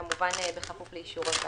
כמובן בכפוף לאישור הוועדה.